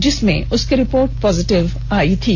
जिसमें उसकी report positive आई थी